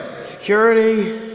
Security